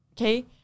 Okay